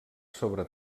sobre